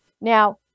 Now